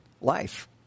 Life